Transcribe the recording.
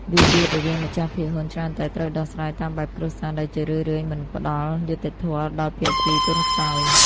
វិវាទរវាងម្ចាស់ភាគហ៊ុនច្រើនតែត្រូវដោះស្រាយតាមបែបគ្រួសារ ដែលជារឿយៗមិនផ្ដល់យុត្តិធម៌ដល់ភាគីទន់ខ្សោយ។